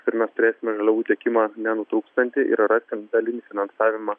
ir mes turėsime žaliavų tiekimą nenutrūkstantį ir rasim dalinį finansavimą